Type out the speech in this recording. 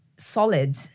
solid